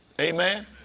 Amen